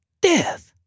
death